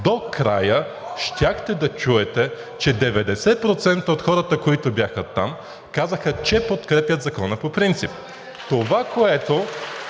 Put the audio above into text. до края, щяхте да чуете, че 90% от хората, които бяха там, казаха, че подкрепят Закона по принцип. (Ръкопляскания